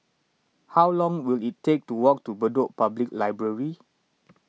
how long will it take to walk to Bedok Public Library